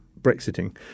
Brexiting